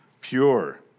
pure